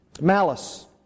Malice